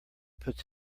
puts